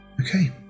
Okay